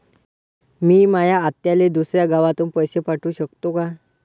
मी माया आत्याले दुसऱ्या गावातून पैसे पाठू शकतो का?